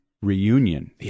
Reunion